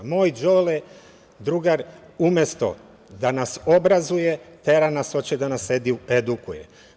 Moj Đole, drugar, umesto da nas obrazuje, tera nas, hoće da nas edukuje.